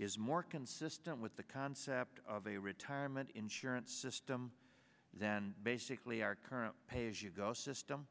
is more consistent with the concept of a retirement insurance system then basically our current pay as you go system